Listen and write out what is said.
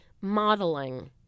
modeling